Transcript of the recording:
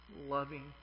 loving